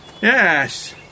Yes